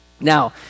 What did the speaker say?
Now